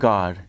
God